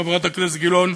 חברת הכנסת גילאון,